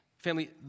Family